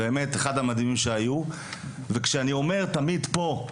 באמת, אחד המדהימים שהיו וכשאני אומר תמיד פה,